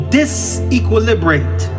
disequilibrate